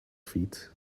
feet